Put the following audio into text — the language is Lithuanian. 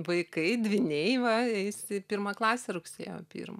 vaikai dvyniai va eis į pirmą klasę rugsėjo pirmą